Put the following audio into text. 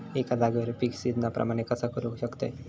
एका जाग्यार पीक सिजना प्रमाणे कसा करुक शकतय?